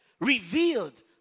revealed